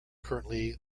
currently